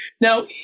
Now